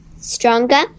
stronger